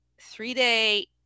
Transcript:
three-day